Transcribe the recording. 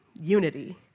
unity